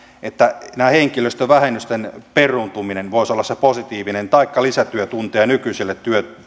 että henkilöstövähennysten peruuntuminen voisi olla se positiivinen asia taikka lisätyötunnit nykyisille